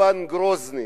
איוון גרוזני,